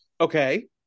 Okay